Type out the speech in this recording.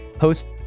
host